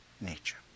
nature